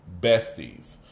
besties